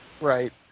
right